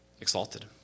Exalted